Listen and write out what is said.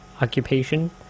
occupation